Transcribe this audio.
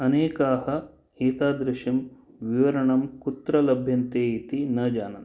अनेकाः एतादृशं विवरणं कुत्र लभ्यन्ते इति न जानन्ति